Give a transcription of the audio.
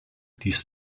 dies